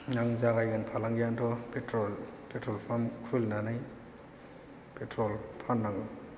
नांजालायगोन फालांगियानोथ' petrol pump खुलिनानै petrol फान नांगौ